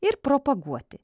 ir propaguoti